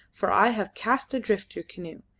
for i have cast adrift your canoe.